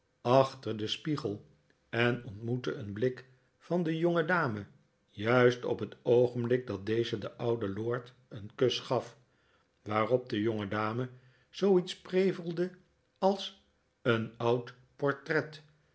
achter den spiegel en ontmoette een blik van de jongedame juist op net oogenblik dat deze den ouden lord een kus gaf waarop de jongedame zooiets prevelde als een oud portret